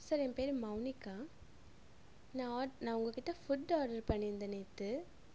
sir என் பேர் மௌனிகா நான் நான் உங்கக்கிட்டே ஃபுட்டு ஆட்ரு பண்ணிருந்தேன் நேற்று